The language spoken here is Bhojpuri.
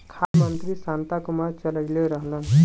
खाद्य मंत्री शांता कुमार चललइले रहलन